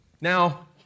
Now